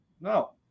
No